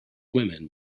women